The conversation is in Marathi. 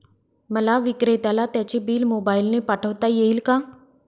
मला विक्रेत्याला त्याचे बिल मोबाईलने पाठवता येईल का?